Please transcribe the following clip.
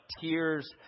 tears